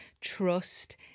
trust